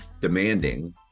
demanding